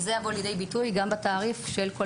וזה יבוא לידי ביטוי גם בתעריף של כל